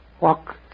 Walk